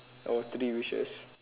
all three wishes